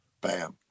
bam